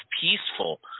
Peaceful